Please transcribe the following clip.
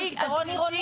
אז גברתי, פתרון עירוני.